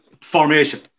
formation